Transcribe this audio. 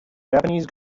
japanese